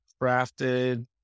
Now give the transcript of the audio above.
crafted